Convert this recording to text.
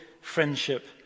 friendship